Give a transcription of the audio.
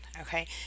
okay